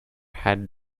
had